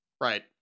right